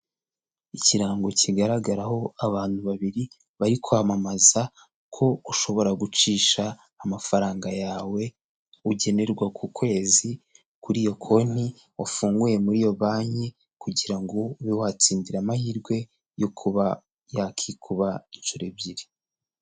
Ikirango kigaragaraho abantu babiri bari kwamamaza ko ushobora gucisha amafaranga yawe ugenerwa ku kwezi kuri iyo konti wafunguye muri iyo banki, kugira ngo ube watsindira amahirwe yo kuba yakikuba inshuro ebyiri.